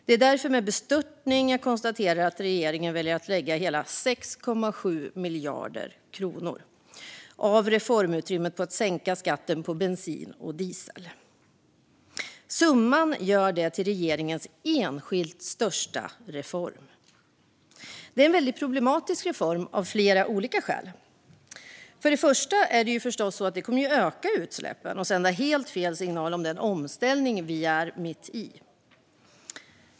Det är därför med bestörtning som jag konstaterar att regeringen väljer att lägga hela 6,7 miljarder kronor av reformutrymmet på att sänka skatten på bensin och diesel. Summan gör det till regeringens enskilt största reform. Det är en väldigt problematisk reform av flera olika skäl. Först och främst kommer det förstås att öka utsläppen och sända helt fel signal om den omställning som vi är mitt i.